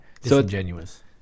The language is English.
Disingenuous